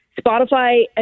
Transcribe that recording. Spotify